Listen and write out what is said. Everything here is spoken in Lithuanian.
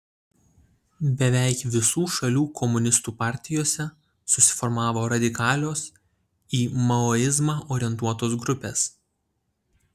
beveik visų šalių komunistų partijose susiformavo radikalios į maoizmą orientuotos grupės